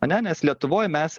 ane nes lietuvoj mes